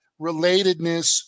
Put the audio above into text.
relatedness